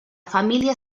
família